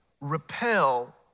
repel